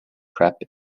prep